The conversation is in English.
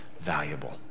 valuable